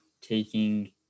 taking